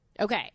Okay